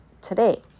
today